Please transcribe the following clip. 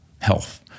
health